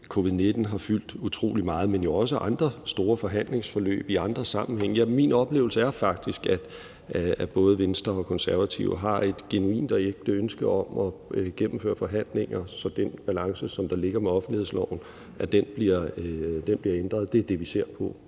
Covid-19 har fyldt utrolig meget, men det har også andre store forhandlingsforløb i andre sammenhænge. Min oplevelse er faktisk, at både Venstre og Konservative har et genuint og ægte ønske om at gennemføre forhandlinger, så den balance, der ligger i offentlighedsloven, bliver ændret. Det er det, vi ser på